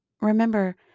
Remember